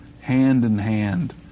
hand-in-hand